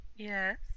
Yes